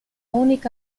única